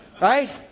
right